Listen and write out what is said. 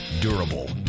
durable